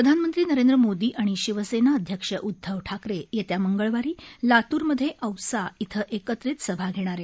प्रधानमंत्री नरेंद्र मोदी आणि शिवसेना अध्यक्ष उद्दव ठाकरे येत्या मंगळवारी लातूरमध्ये औसा िं एकत्रित सभा घेणार आहेत